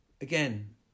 Again